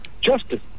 justice